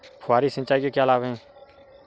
फुहारी सिंचाई के क्या लाभ हैं?